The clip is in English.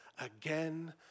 again